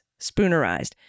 spoonerized